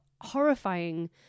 horrifying